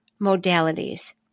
modalities